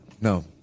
No